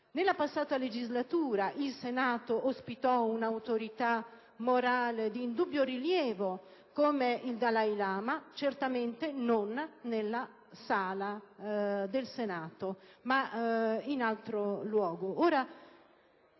Nella passata legislatura il Senato ospitò un'autorità morale di indubbio rilievo, come il Dalai Lama, certamente non nell'Aula del Senato, ma in altro luogo.